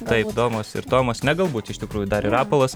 taip domas ir tomas ne galbūt iš tikrųjų dar ir rapolas